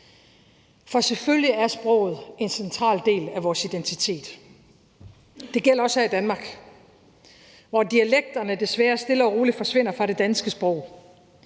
For selvfølgelig er sproget en central del af vores identitet. Det gælder også her i Danmark, hvor dialekterne desværre stille og roligt forsvinder fra det danske sprog.